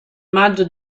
maggio